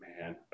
man